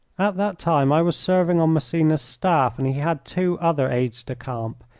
at that time i was serving on massena's staff, and he had two other aides-de-camp,